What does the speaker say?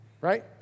right